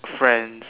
friends